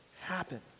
happen